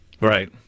Right